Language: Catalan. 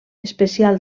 especial